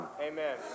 Amen